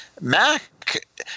Mac